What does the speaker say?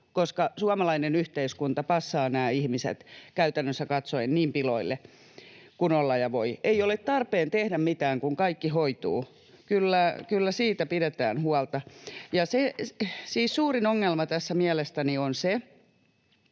koska suomalainen yhteiskunta passaa nämä ihmiset käytännössä katsoen niin piloille kuin olla ja voi. Ei ole tarpeen tehdä mitään, kun kaikki hoituu. Kyllä siitä pidetään huolta. Suurin ongelma tässä mielestäni on se,